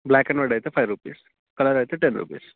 black and white అయితే five rupees colour అయితే ten rupees